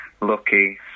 lucky